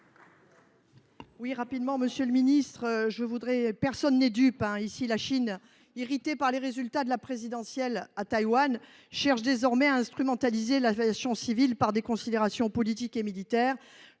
Brigitte Devésa, pour la réplique. Nul n’est dupe ici : la Chine, irritée par le résultat de la présidentielle à Taïwan, cherche désormais à instrumentaliser l’aviation civile pour des considérations politiques et militaires.